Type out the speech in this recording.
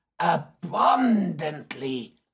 Abundantly